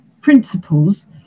principles